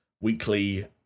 weekly